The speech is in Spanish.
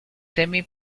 semi